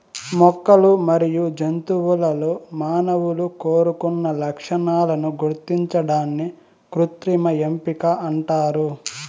మొక్కలు మరియు జంతువులలో మానవులు కోరుకున్న లక్షణాలను గుర్తించడాన్ని కృత్రిమ ఎంపిక అంటారు